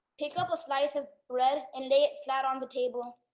pick up a slice of bread and lay it flat on the table.